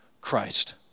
Christ